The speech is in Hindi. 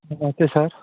नमस्ते सर